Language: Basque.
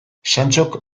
santxok